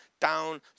down